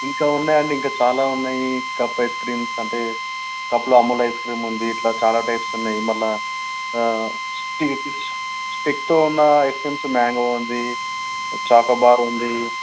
ఇంకా ఉన్నాయండి ఇంకా చాలా ఉన్నాయి ఈ కప్ ఐస్ క్రీమ్స్ అంటే కప్పులో అమూల్ ఐస్ క్రీమ్ ఉంది ఇట్ల చాలా టైప్స్ ఉన్నయి మళ్ళా స్టిక్స్ స్టిక్తో ఉన్న ఐస్ క్రీమ్స్ మ్యాంగో ఉంది చాకోబార్ ఉంది